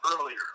earlier